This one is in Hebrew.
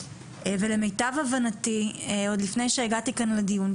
ולמיטב הבנתי עוד לפני שהגעתי כאן לדיון,